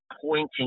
pointing